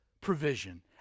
provision